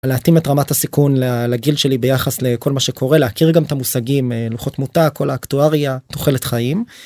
להתאים את רמת הסיכון לגיל שלי ביחס לכל מה שקורה, להכיר גם את המושגים לוחות תמותה כל האקטואריה תוחלת חיים.